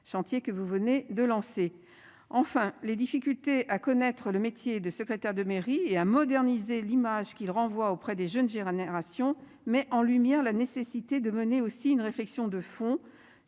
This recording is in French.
chantiers que vous venez de lancer. Enfin, les difficultés à connaître le métier de secrétaire de mairie et à moderniser l'image qu'il renvoie auprès des jeunes Iraniens ration met en lumière la nécessité de mener aussi une réflexion de fond